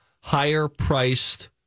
higher-priced